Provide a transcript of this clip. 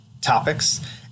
topics